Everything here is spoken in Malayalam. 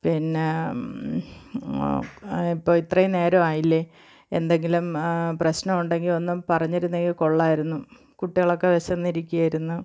പിന്നെ ഇപ്പം ഇത്രയും നേരം ആയില്ലേ എന്തെങ്കിലും പ്രശ്നം ഉണ്ടെങ്കിൽ ഒന്ന് പറഞ്ഞിരുന്നെങ്കിൽ കൊള്ളാമായിരുന്നു കുട്ടികളൊക്കെ വിശന്ന് ഇരിക്കുകയായിരുന്നു